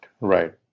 Right